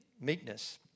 meekness